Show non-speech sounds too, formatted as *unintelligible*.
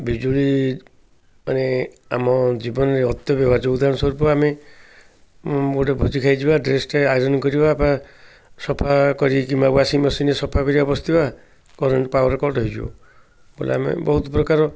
ବିଜୁଳି ମାନେ ଆମ ଜୀବନରେ *unintelligible* ଉଦାହରଣ ସ୍ୱରୂପ ଆମେ ଗୋଟେ ଭୋଜି ଖାଇଯିବା ଡ୍ରେସଟା ଆଇରନ୍ କରିବା ବା ସଫା କରି କିମ୍ବା ୱାଶିଂ ମେସିନରେ ସଫା କରିବା ବସିବା କରେଣ୍ଟ ପାୱାର କଟ୍ ହେଇଯିବ ବେଲେ ଆମେ ବହୁତ ପ୍ରକାର